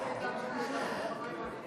חיים,